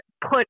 put